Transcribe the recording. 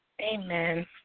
Amen